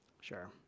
Sure